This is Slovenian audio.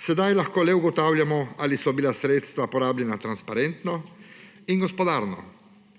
sedaj lahko le ugotavljamo, ali so bila sredstva porabljena transparentno in gospodarno.